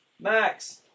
Max